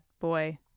boy